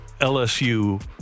LSU